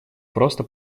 просто